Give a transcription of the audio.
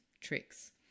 tricks